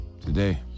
today